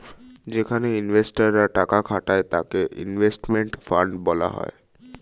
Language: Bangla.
যেখানে ইনভেস্টর রা টাকা খাটায় তাকে ইনভেস্টমেন্ট ফান্ড বলা হয়